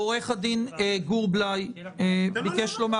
עו"ד גור בליי ביקש לומר